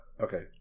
okay